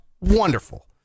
Wonderful